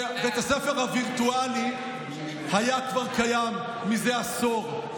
ובית הספר הווירטואלי כבר קיים מזה עשור.